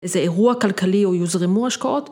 איזה אירוע כלכלי, יוזרמו השקעות?